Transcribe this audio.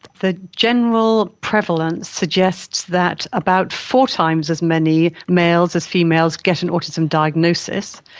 the general prevalence suggests that about four times as many males as females get an autism diagnosis,